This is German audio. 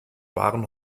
waren